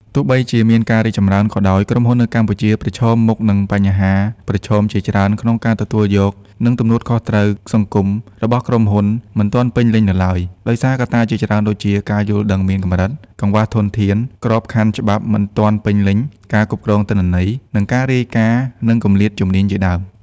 ទោះបីជាមានការរីកចម្រើនក៏ដោយ ក្រុមហ៊ុននៅកម្ពុជាប្រឈមមុខនឹងបញ្ហាប្រឈមជាច្រើនក្នុងការទទួលយក និងទំនួលខុសត្រូវសង្គមរបស់ក្រុមហ៊ុន មិនទាន់ពេញលេញនៅឡើយ ដោយសារ កត្តាជាច្រើនដូចជា ការយល់ដឹងមានកម្រិត កង្វះធនធាន ក្របខ័ណ្ឌច្បាប់មិនទាន់ពេញលេញ ការគ្រប់គ្រងទិន្នន័យ និងការរាយការណ៍ និងគម្លាតជំនាញជាដើម។